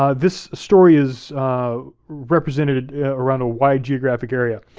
um this story is represented around a wide geographic area.